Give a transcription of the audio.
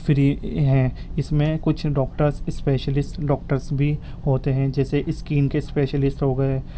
free ہیں اس میں کچھ ڈاکٹر اسپیشلسٹ ڈاکٹرس بھی ہوتے ہیں جیسے اسکن کے اسپیشلسٹ ہو گئے